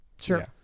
sure